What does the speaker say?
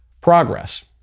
progress